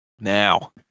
Now